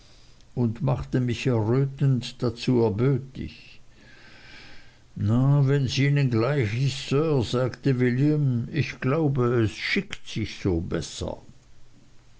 und machte mich errötend dazu erbötig na wenns ihnen gleich ist sir sagte william ich glaube es schickt sich so besser